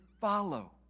follow